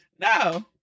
No